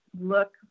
look